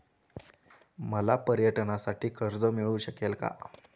मला पर्यटनासाठी कर्ज मिळू शकेल का?